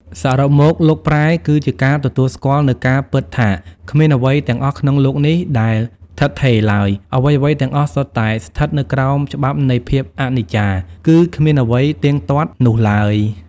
សរុបមក "លោកប្រែ" គឺជាការទទួលស្គាល់នូវការពិតថា គ្មានអ្វីទាំងអស់ក្នុងលោកនេះដែលឋិតថេរឡើយ អ្វីៗទាំងអស់សុទ្ធតែស្ថិតនៅក្រោមច្បាប់នៃភាពអនិច្ចា គឺគ្មានអ្វីទៀងទាត់នោះឡើយ។